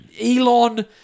Elon